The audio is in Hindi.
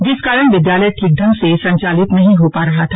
जिस कारण विद्यालय ठीक ढंग से संचालित नही हो पा रहा था